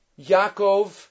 Yaakov